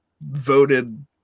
voted